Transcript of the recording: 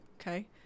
Okay